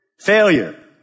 Failure